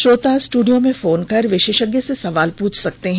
श्रोता स्टूडियो में फोन कर विशेषज्ञ से सवाल पूछ सकते हैं